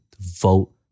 vote